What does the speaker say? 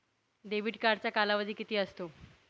Debit कार्डचा कालावधी किती असतो?